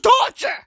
torture